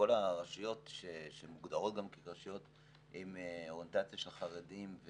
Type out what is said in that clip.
בכל הרשויות שמוגדרות גם כרשויות עם אוריינטציה של חרדים,